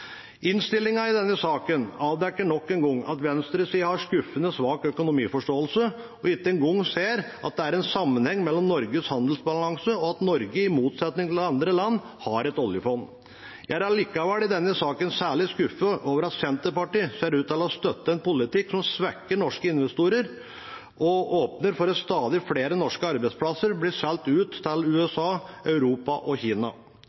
i denne saken avdekker nok en gang at venstresiden har skuffende svak økonomiforståelse og ikke engang ser at det er en sammenheng mellom Norges handelsbalanse og at Norge, i motsetning til andre land, har et oljefond. Jeg er likevel i denne saken særlig skuffet over at Senterpartiet ser ut til å støtte en politikk som svekker norske investorer og åpner for at stadig flere norske arbeidsplasser blir solgt ut til USA, Europa og Kina.